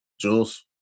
Jules